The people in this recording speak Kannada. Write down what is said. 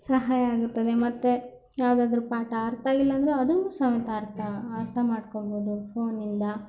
ಸಹಾಯ ಆಗುತ್ತದೆ ಮತ್ತೆ ಯಾವುದಾದ್ರು ಪಾಠ ಅರ್ಥ ಆಗ್ಲಿಲ್ಲಂದ್ರೂ ಅದೂ ಸಮೇತ ಅರ್ಥ ಅರ್ಥ ಮಾಡ್ಕೋಬೋದು ಫೋನಿಂದ